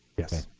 yes,